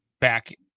back